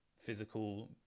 physical